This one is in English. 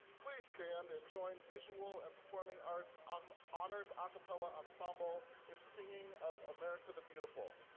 please stand and join visual and performing arts um honors acappella ensemble in singing of america the beautiful.